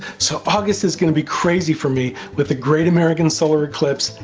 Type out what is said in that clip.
so august is going to be crazy for me with the great american solar eclipse,